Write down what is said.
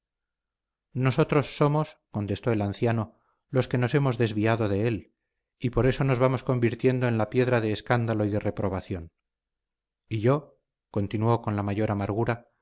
nosotros somos contestó el anciano los que nos hemos desviado de él y por eso nos vamos convirtiendo en la piedra de escándalo y de reprobación y yo continuó con la mayor amargura